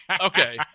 Okay